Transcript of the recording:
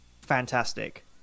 fantastic